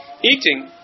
Eating